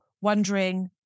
wondering